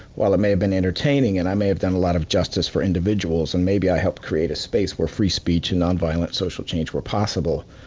while it may have been entertaining and i may have done a lot of justice for individuals, and maybe i helped create a space where free speech and non-violent social change were possible,